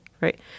right